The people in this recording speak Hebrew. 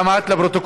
גם את לפרוטוקול?